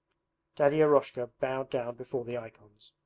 daddy eroshka bowed down before the icons,